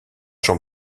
jean